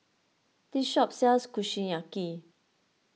this shop sells Kushiyaki